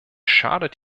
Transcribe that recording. schadet